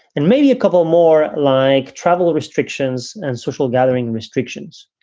and maybe a couple more like travel restrictions and social gathering restrictions.